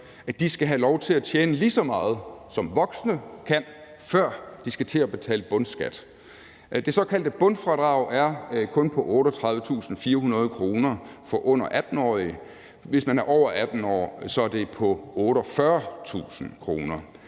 skal have lov til at tjene lige så meget, som voksne kan, før de skal til at betale bundskat. Det såkaldte bundfradrag er kun på 38.400 kr. for under 18-årige; hvis man er over 18 år, er det på 48.000 kr.